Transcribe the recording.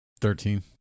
Thirteen